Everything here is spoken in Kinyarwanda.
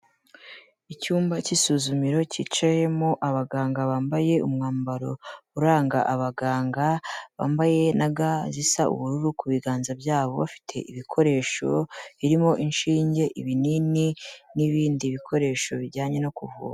Icyumba cy'isuzumiro cyicayemo abaganga bambaye umwambaro uranga abaganga, bambaye na ga zisa ubururu ku biganza byabo bafite ibikoresho birimo inshinge, ibinini n'ibindi bikoresho bijyanye no kuvura.